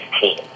team